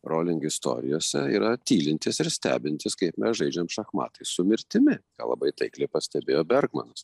roling istorijose yra tylintis ir stebintis kaip mes žaidžiam šachmatais su mirtimi ką labai taikliai pastebėjo berkmanas